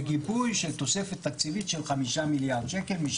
בגיבוי של תוספת תקציבית של 5 מיליארד שקלים.